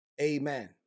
Amen